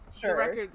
Sure